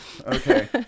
okay